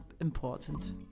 important